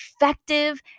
effective